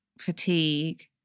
fatigue